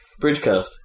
Bridgecast